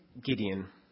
Gideon